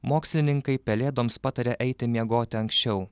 mokslininkai pelėdoms pataria eiti miegoti anksčiau